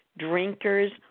Drinkers